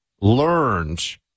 learned